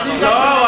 לא,